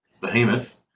behemoth